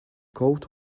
coat